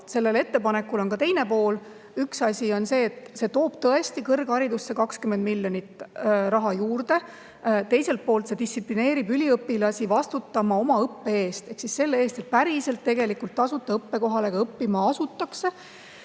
Sellel ettepanekul on ka teine pool. Üks asi on see, et see toob tõesti kõrgharidusse 20 miljonit raha juurde. Teiselt poolt see distsiplineerib üliõpilasi vastutama oma õppe eest ehk siis selle eest, et tasuta õppekohale ka päriselt õppima asutakse.